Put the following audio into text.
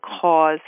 cause